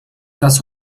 das